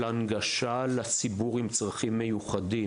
הנגשה של אתר המשחקים לציבור עם צרכים מיוחדים